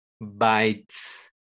bites